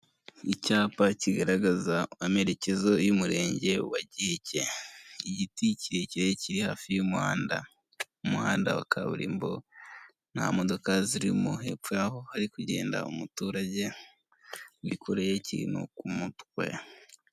Icyapa kigaragaza amerekezo y'umurenge wa giheke igiti kirekire kiri hafi y'umuhanda ,umuhanda wa kaburimbo nta modoka ziri mu hepfo aho hari kugenda umuturage wikoreye ikintu ku mutwe .